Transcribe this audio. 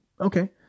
Okay